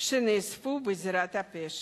שנאספו בזירת הפשע.